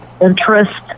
interest